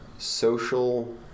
social